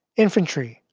infantry,